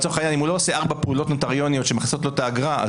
לדוגמה אם הוא לא עושה ארבע פעולות נוטריוניות שמכסות לו את האגרה,